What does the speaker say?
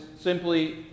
simply